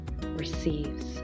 receives